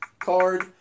card